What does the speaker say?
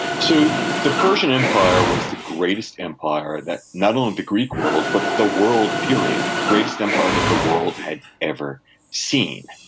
so, the persian empire was the greatest empire that, not only the greek world, but the world period, the greatest empire that the world had ever seen.